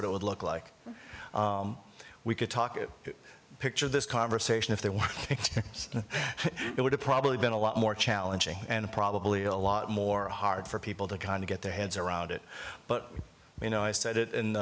what it would look like we could talk a picture of this conversation if there were it would have probably been a lot more challenging and probably a lot more hard for people to kind of get their heads around it but you know i said it in